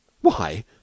Why